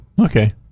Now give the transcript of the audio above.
okay